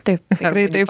taip tikrai taip